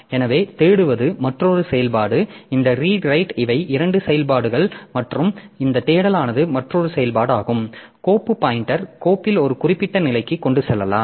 எனவே தேடுவது மற்றொரு செயல்பாடு இந்த ரீட் ரைட் இவை இரண்டு செயல்பாடுகள் மற்றும் இந்த தேடலானது மற்றொரு செயல்பாடாகும் கோப்பு பாய்ன்டெர் கோப்பில் ஒரு குறிப்பிட்ட நிலைக்கு கொண்டு செல்லலாம்